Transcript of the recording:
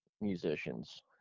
musicians